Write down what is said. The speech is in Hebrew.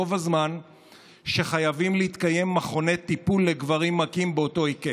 בו בזמן שחייבים להתקיים מכוני טיפול לגברים מכים באותו היקף.